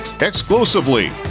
exclusively